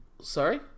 Sorry